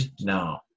No